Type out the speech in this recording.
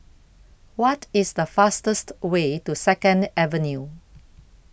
What IS The fastest Way to Second Avenue